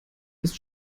ist